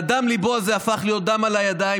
דם ליבו הזה הפך להיות דם על הידיים,